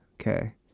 Okay